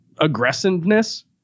aggressiveness